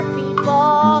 people